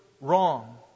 wrong